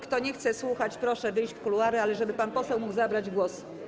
Kto nie chce słuchać, proszę wyjść w kuluary, żeby pan poseł mógł zabrać głos.